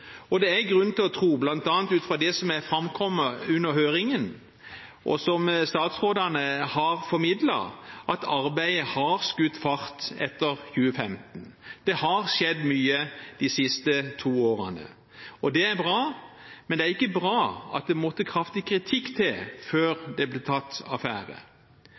2015. Det er grunn til å tro, bl.a. ut fra det som har kommet fram under høringen, og som statsrådene har formidlet, at arbeidet har skutt fart etter 2015. Det har skjedd mye de siste to årene. Det er bra, men det er ikke bra at det måtte kraftig kritikk til før det ble tatt affære.